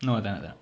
no tak nak tak nak